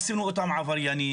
עשינו אותם עבריינים,